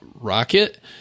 Rocket